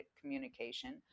communication